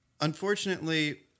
Unfortunately